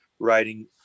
writing